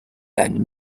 and